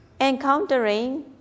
Encountering